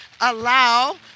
allow